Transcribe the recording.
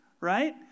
right